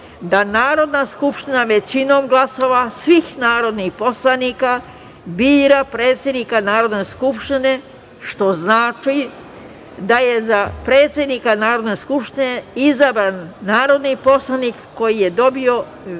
da Narodna skupština većinom glasova svih narodnih poslanika bira predsednika Narodne skupštine, što znači da je za predsednika Narodne skupštine izabran narodni poslanik koji je dobio